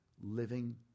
living